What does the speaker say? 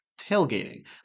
tailgating